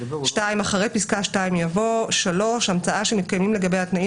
אחרי פסקה (2) יבוא: "(3)המצאה שמתקיימים לגביה התנאים